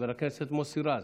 חבר הכנסת מוסי רז.